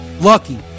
Lucky